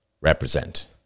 represent